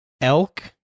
elk